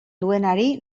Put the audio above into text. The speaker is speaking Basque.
duenari